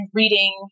reading